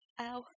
Ow